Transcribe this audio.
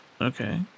Okay